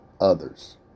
others